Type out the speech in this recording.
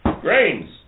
grains